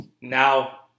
now